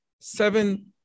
seven